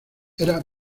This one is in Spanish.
era